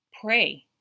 pray